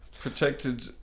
protected